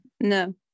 no